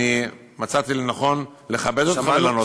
אני מצאתי לנכון לכבד אותך ולענות לך.